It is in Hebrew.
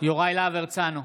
יוראי להב הרצנו,